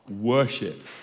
worship